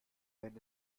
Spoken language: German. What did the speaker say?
wenn